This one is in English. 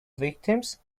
victims